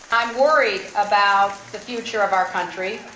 i'm worried about the future of our country,